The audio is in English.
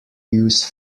use